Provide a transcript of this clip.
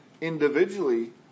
individually